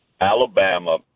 Alabama